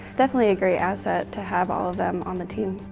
definitely a great asset to have all of them on the team.